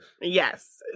Yes